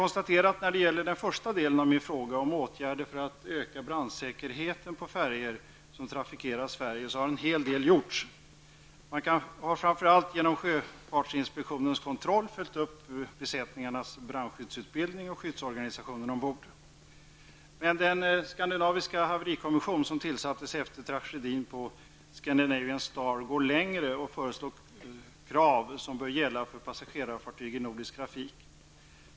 När det gäller den första delen av min fråga -- den del som rör åtgärder för att öka brandsäkerheten på färjor som trafikerar Sverige -- kan jag konstatera att en hel del har gjorts. Man har framför allt genom sjöfartsinspektionens kontroll följt upp besättningarnas brandskyddsutbildning och skyddsorganisationen ombord. Men den skandinaviska haverikommission som tillsattes efter tragedin på Scandinavian Star går längre och föreslår krav som bör gälla för passagerarfartyg i nordisk trafik.